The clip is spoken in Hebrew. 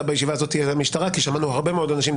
בישיבה הזאת תהיה למשטרה כי שמענו הרבה מאוד אנשים.